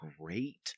great